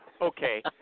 Okay